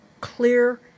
clear